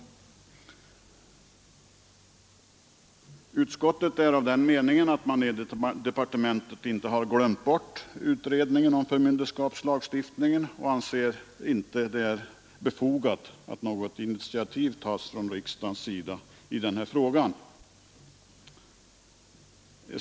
Utskottet är av den meningen att man i departementet inte har glömt bort utredningen om förmynderskapslagstiftningen och anser inte att det är befogat att något initiativ tas från riksdagens sida i denna fråga.